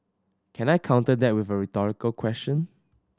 can I counter that with a rhetorical question